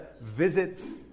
visits